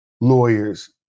lawyers